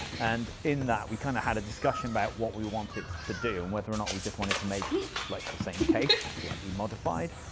and in that, we kind of had a discussion about what we wanted to do, and whether or not we just wanted to make like the same case slightly modified,